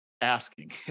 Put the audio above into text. asking